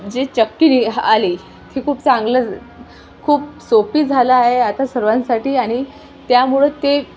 जे चक्की नि आली ती खूप चांगलं खूप सोपी झालं आहे आता सर्वांसाठी आणि त्यामुळं ते